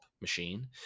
machine